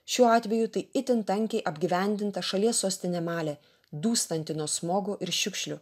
šiuo atveju tai itin tankiai apgyvendinta šalies sostinė malė dūstanti nuo smogo ir šiukšlių